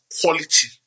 quality